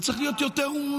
כי צריך להיות יותר הומני.